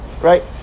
right